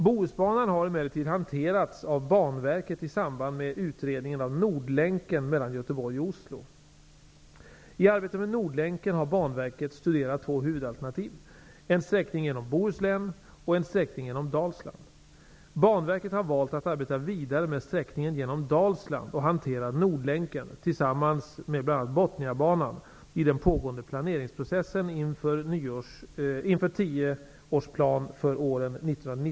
Bohusbanan har emellertid hanterats av Banverket i samband med utredningen av Nordlänken mellan Banverket studerat två huvudalternativ: en sträckning genom Bohuslän och en sträckning genom Dalsland. Banverket har valt att arbeta vidare med sträckningen genom Dalsland och hanterar Nordlänken, tillsammans med bl.a.